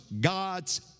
God's